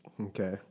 Okay